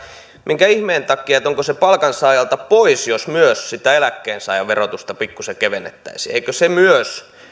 minkä ihmeen takia onko se palkansaajalta pois jos myös sitä eläkkeensaajan verotusta pikkusen kevennettäisiin eikö se myös